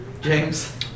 James